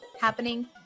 happening